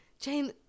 Jane